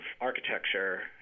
architecture